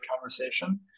conversation